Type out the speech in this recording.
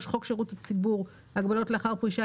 חוק שירות הציבור (הגבלות לאחר פרישה),